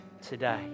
today